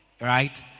Right